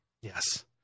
Yes